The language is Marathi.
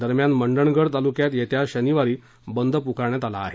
दरम्यान मंडणगड तालुक्यात येत्या शनिवारी बंद पुकारण्यात आला आहे